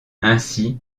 ainsi